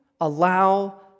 allow